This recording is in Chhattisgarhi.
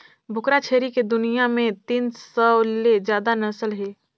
बोकरा छेरी के दुनियां में तीन सौ ले जादा नसल हे